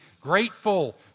grateful